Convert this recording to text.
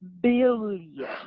billion